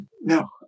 No